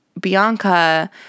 Bianca